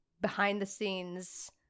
behind-the-scenes